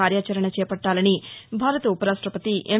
కార్యాచరణ చేపట్టాలని భారత ఉపరాష్టపతి ఎం